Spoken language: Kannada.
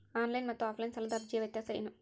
ಆನ್ಲೈನ್ ಮತ್ತು ಆಫ್ಲೈನ್ ಸಾಲದ ಅರ್ಜಿಯ ವ್ಯತ್ಯಾಸ ಏನು?